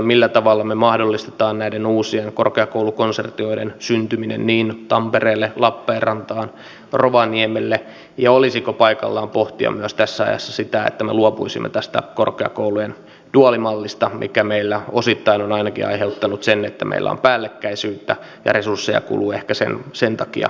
millä tavalla me mahdollistamme näiden uusien korkeakoulukonsortioiden syntymisen niin tampereelle lappeenrantaan kuin rovaniemelle ja olisiko paikallaan pohtia myös tässä ajassa sitä että me luopuisimme tästä korkeakoulujen duaalimallista mikä meillä ainakin osittain on aiheuttanut sen että meillä on päällekkäisyyttä ja resursseja kuluu ehkä sen takia liikaa